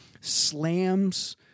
Slams